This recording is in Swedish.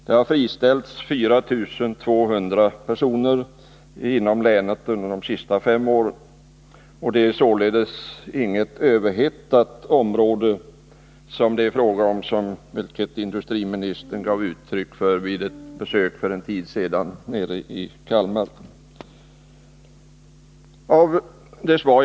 Det har friställts 4 200 personer inom länet under de senaste fem åren, och det är således inte något överhettat område det gäller, vilket industriministern gav intryck av vid ett besök för en tid sedan nere i Kalmar.